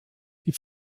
die